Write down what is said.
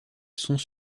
sont